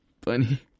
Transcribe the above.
Bunny